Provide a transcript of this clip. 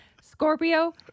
Scorpio